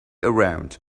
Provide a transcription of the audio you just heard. around